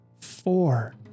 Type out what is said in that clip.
four